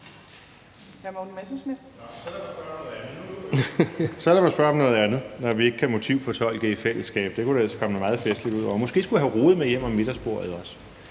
så lad mig spørge om noget andet, når vi ikke kan motivfortolke i fællesskab. Det kunne der ellers komme noget meget festligt ud af, og måske skulle hr. Jens Rohde med hjem om middagsbordet også.